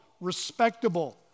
respectable